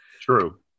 True